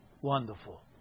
wonderful